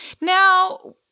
now